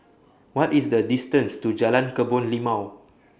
What IS The distance to Jalan Kebun Limau